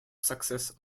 success